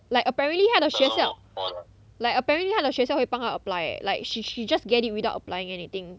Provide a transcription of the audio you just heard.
like apparently 他的学校 like apparently 他的学校会帮他 apply eh like she she just get it without applying anything